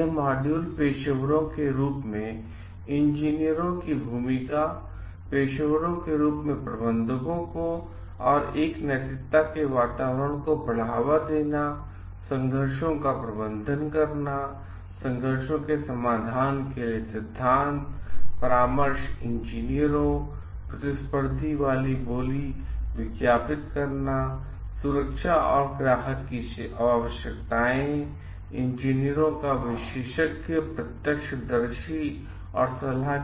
यह मॉड्यूल पेशेवरों के रूप में इंजीनियरों की भूमिका पेशेवरों के रूप में प्रबंधकों को एक नैतिकता के वातावरण को बढ़ावा देना संघर्षों का प्रबंधन करना संघर्ष के समाधान के लिए सिद्धांत परामर्श इंजीनियरों प्रतिस्पर्धी बोली विज्ञापित करना सुरक्षा और ग्राहक की आवश्कताएँ इंजीनियरों का विशेषज्ञ प्रत्यक्षदर्शी और सलाहकार